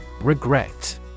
Regret